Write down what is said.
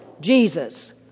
Jesus